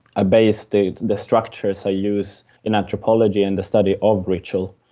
i base the the structures i use in anthropology and the study of ritual.